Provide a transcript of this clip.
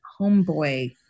homeboy